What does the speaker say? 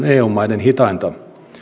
eu maiden hitainta